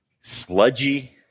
sludgy